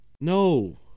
No